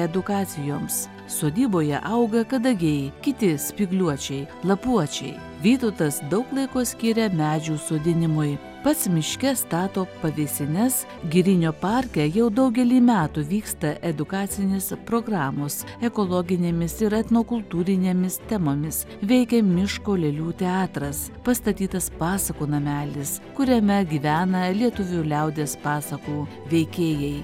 edukacijoms sodyboje auga kadagiai kiti spygliuočiai lapuočiai vytautas daug laiko skiria medžių sodinimui pats miške stato pavėsines girinio parke jau daugelį metų vyksta edukacinės programos ekologinėmis ir etnokultūrinėmis temomis veikia miško lėlių teatras pastatytas pasakų namelis kuriame gyvena lietuvių liaudies pasakų veikėjai